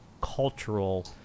cultural